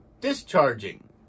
discharging